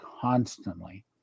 constantly